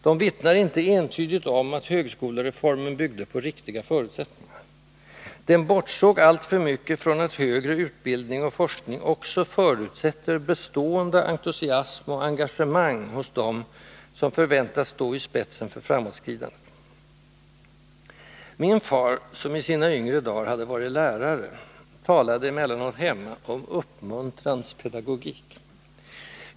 De vittnar inte entydigt om att högskolereformen byggde på riktiga förutsättningar. Den bortsåg alltför mycket från att högre utbildning och forskning också förutsätter bestående entusiasm och engagemang hos dem som förväntas stå i spetsen för framåtskridandet. Min far, som i sina yngre dagar hade varit lärare, talade emellanåt hemma om ”uppmuntrans pedagogik”.